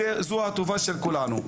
זו הטובה של כולנו.